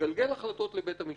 לגלגל החלטות לבית המשפט.